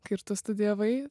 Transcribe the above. kai ir tu studijavai